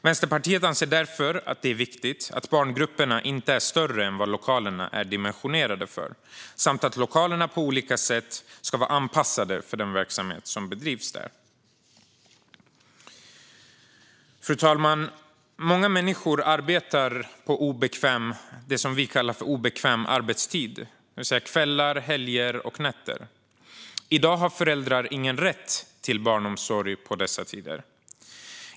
Vänsterpartiet anser att det är viktigt att barngrupperna inte är större än vad lokalerna är dimensionerade för samt att lokalerna på olika sätt ska vara anpassade för den verksamhet som bedrivs där. Fru talman! Många människor arbetar på det som vi kallar för obekväm arbetstid, det vill säga kvällar, helger och nätter. I dag har föräldrar ingen rätt till barnomsorg på dessa tider.